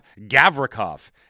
Gavrikov